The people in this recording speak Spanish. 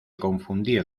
confundir